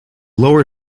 lower